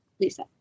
Lisa